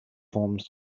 forms